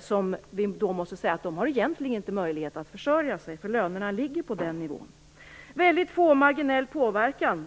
Sverige som inte har möjlighet att försörja sig, därför att de har löner på den nivån. Statsrådet säger också att det är fråga om "väldigt få" och "marginell påverkan".